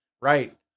right